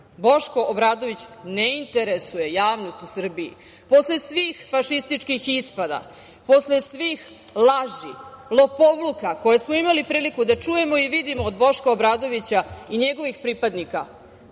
Obradović ne interesuje javnost u Srbiji. Posle svih fašističkih ispada, posle svih laži, lopovluka koje smo imali priliku da čujemo i vidimo od Boška Obradovića i njegovih pripadnika,